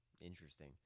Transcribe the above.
interesting